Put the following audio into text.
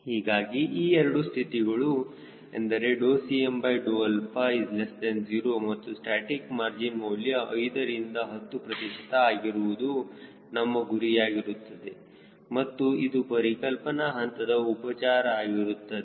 ಹೀಗಾಗಿ ಈ ಎರಡು ಸ್ಥಿತಿಗಳು ಎಂದರೆ Cm 0 ಮತ್ತು ಸ್ಟಾಸ್ಟಿಕ್ ಮಾರ್ಜಿನ್ ಮೌಲ್ಯ 5 ರಿಂದ 10 ಪ್ರತಿಶತ ಆಗಿರುವುದು ನಮ್ಮ ಗುರಿಯಾಗಿರುತ್ತದೆ ಮತ್ತು ಇದು ಪರಿಕಲ್ಪನಾ ಹಂತದ ಉಪಚಾರ ಆಗಿರುತ್ತದೆ